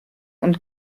und